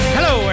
Hello